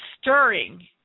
stirring